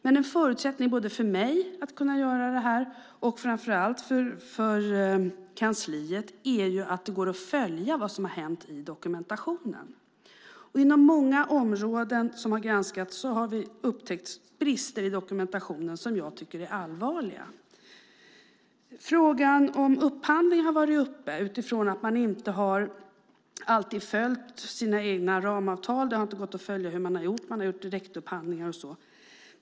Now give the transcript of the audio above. Men en förutsättning både för mig att kunna göra det och framför allt för kansliet är att det går att följa vad som har hänt i dokumentationen. Inom många områden som har granskats har vi upptäckt brister i dokumentationen som jag tycker är allvarliga. Frågan om upphandling har varit uppe utifrån att man inte alltid har följt sina egna ramavtal. Det har inte gått att följa hur man har gjort. Man har gjort direktupphandlingar och så vidare.